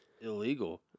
illegal